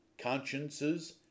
consciences